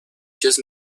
just